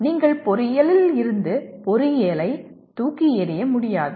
ஆனால் நீங்கள் பொறியியலில் இருந்து பொறியியலை தூக்கி எறிய முடியாது